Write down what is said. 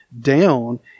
down